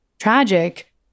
tragic